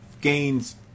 gains